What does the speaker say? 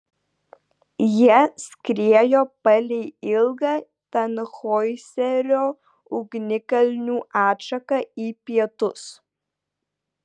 jie skriejo palei ilgą tanhoizerio ugnikalnių atšaką į pietus